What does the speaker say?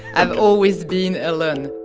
i've always been alone.